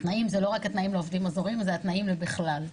התנאים זה לא רק התנאים לעובדים הזרים אלא התנאים בכלל.